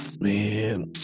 Man